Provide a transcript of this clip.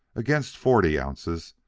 against forty ounces,